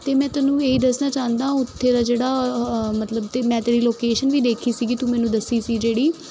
ਅਤੇ ਮੈਂ ਤੈਨੂੰ ਇਹ ਦੱਸਣਾ ਚਾਹੁੰਦਾ ਉੱਥੇ ਦਾ ਜਿਹੜਾ ਮਤਲਬ ਮੈਂ ਤੇਰੀ ਲੋਕੇਸ਼ਨ ਵੀ ਦੇਖੀ ਸੀਗੀ ਤੂੰ ਮੈਨੂੰ ਦੱਸੀ ਸੀ ਜਿਹੜੀ